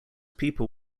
people